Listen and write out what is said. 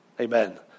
Amen